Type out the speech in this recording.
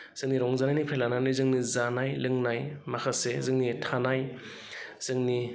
जोंनि रंजानायनिफ्राय लानानै जोंनि जानाय लोंनाय माखासे जोंनि थानाय जोंनि